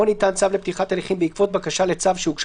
או ניתן צו לפתיחת הליכים בעקבות בקשה לצו שהוגשה